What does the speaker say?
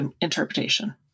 interpretation